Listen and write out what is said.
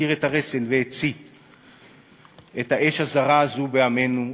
התיר את הרסן והצית את האש הזרה הזאת בעמנו.